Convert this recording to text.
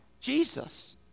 Jesus